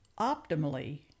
optimally